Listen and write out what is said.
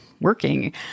working